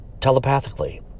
telepathically